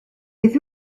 beth